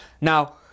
Now